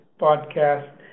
podcast